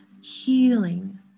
healing